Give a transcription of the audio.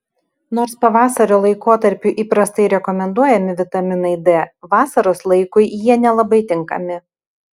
nors pavasario laikotarpiu įprastai rekomenduojami vitaminai d vasaros laikui jie nelabai tinkami